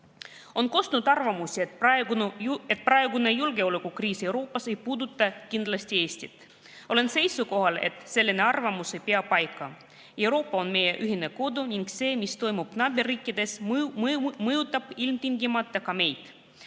kostnud arvamusi, et praegune julgeolekukriis Euroopas ei puuduta kindlasti Eestit. Olen seisukohal, et selline arvamus ei pea paika. Euroopa on meie ühine kodu ning see, mis toimub naaberriikides, mõjutab ilmtingimata ka meid.